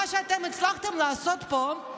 מה שאתם הצלחתם לעשות פה,